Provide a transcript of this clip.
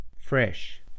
Fresh